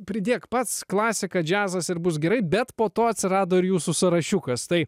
pridėk pats klasika džiazas ir bus gerai bet po to atsirado ir jūsų sąrašiukas tai